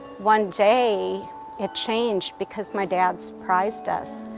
one day it changed because my dad surprised us.